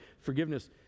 Forgiveness